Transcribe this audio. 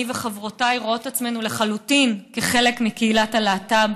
אני וחברותיי רואות את עצמנו לחלוטין כחלק מקהילת הלהט"ב,